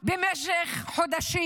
במשך חודשים?